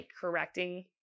correcting